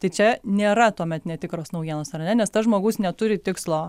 tai čia nėra tuomet netikros naujienos ar ne nes tas žmogus neturi tikslo